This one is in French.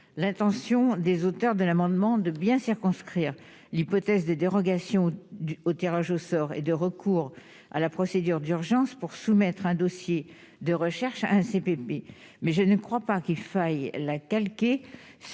l'intention des auteurs de l'amendement de bien circonscrire l'hypothèse, des dérogations dues au tirage au sort et de recours à la procédure d'urgence pour soumettre un dossier de recherche ACBB mais je ne crois pas qu'il faille la calqué